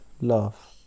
love